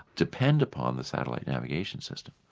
depend upon the satellite navigation system.